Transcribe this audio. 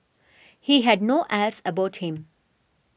he had no airs about him